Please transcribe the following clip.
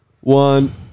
one